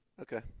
Okay